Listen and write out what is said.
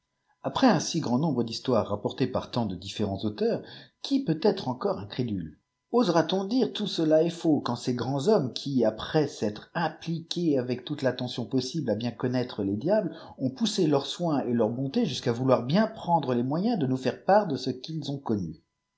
après un si grand nombre d'histoires rapportées par tant de différents auteurs qui peut être encore incrédule osera t on dire tout cela est faux quand ces grands hommes qui après s'être appliqués avec toute l'attention possible à bien connaître les diables ont poussé leurs soins et leurs bontés jusqu'à vouloir bin prendre les moyens de nous faire part de ce qu'ils ont connu